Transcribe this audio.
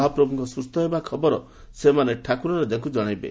ମହାପ୍ରଭୁଙ୍କ ସୁସ୍ଥ ହେବା ଖବର ସେମାନେ ଠାକୁର ରାଜାଙ୍ଙୁ ଜଣାଇବେ